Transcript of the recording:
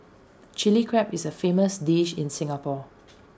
Chilli Crab is A famous dish in Singapore